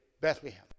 Bethlehem